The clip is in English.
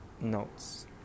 notes